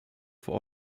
vor